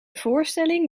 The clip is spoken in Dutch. voorstelling